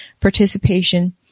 participation